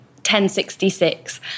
1066